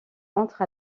entre